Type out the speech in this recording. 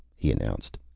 he announced.